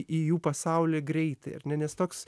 į jų pasaulį greitai ar ne nes toks